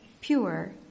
pure